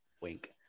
Wink